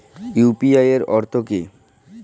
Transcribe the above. UPI এর অর্থ কি?